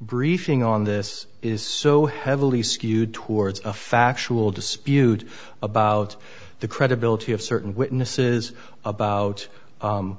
briefing on this is so heavily skewed towards a factual dispute about the credibility of certain witnesses about